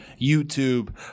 YouTube